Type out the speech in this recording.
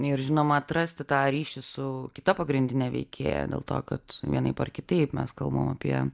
ir žinoma atrasti tą ryšį su kita pagrindine veikėja dėl to kad vienaip ar kitaip mes kalbam apie